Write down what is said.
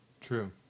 True